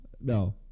no